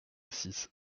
six